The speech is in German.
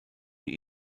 die